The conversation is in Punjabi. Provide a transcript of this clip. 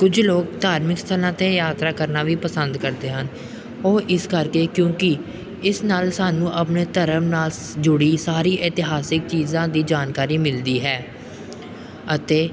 ਕੁਝ ਲੋਕ ਧਾਰਮਿਕ ਸਥਾਨਾਂ 'ਤੇ ਯਾਤਰਾ ਕਰਨਾ ਵੀ ਪਸੰਦ ਕਰਦੇ ਹਨ ਉਹ ਇਸ ਕਰਕੇ ਕਿਉਂਕਿ ਇਸ ਨਾਲ ਸਾਨੂੰ ਆਪਣੇ ਧਰਮ ਨਾਲ ਸ ਜੁੜੀ ਸਾਰੀ ਇਤਿਹਾਸਿਕ ਚੀਜ਼ਾਂ ਦੀ ਜਾਣਕਾਰੀ ਮਿਲਦੀ ਹੈ ਅਤੇ